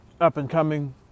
up-and-coming